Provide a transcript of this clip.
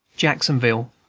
jacksonville,